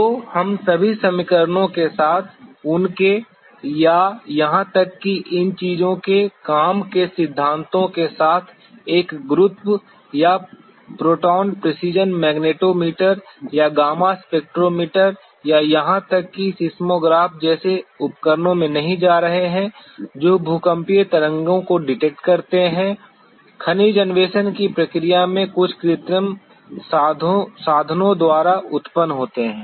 तो हम सभी समीकरणों के साथ उनके या यहां तक कि इन चीजों के काम के सिद्धांतों के साथ एक गुरुत्व या प्रोटॉन प्रेसीजन मैग्नेटोमीटर या गामा स्पेक्ट्रोमीटर या यहां तक कि सीस्मोग्राफ जैसे उपकरण में नहीं जा रहे हैं जो भूकंपीय तरंगों को डिटेक्ट करते हैं खनिज अन्वेषण की प्रक्रिया में कुछ कृत्रिम साधनों द्वारा उत्पन्न होते हैं